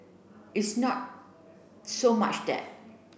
it's not so much that